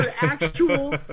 actual